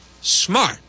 smart